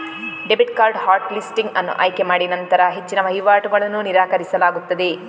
debit card hot listing ಅನ್ನು ಆಯ್ಕೆ ಮಾಡಿನಂತರ ಹೆಚ್ಚಿನ ವಹಿವಾಟುಗಳನ್ನು ನಿರಾಕರಿಸಲಾಗುತ್ತದೆ